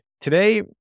Today